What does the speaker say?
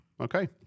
okay